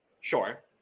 Sure